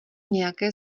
nějaké